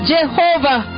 Jehovah